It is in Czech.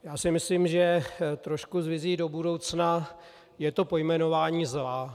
Já si myslím, že trošku s vizí do budoucna je to pojmenování zla.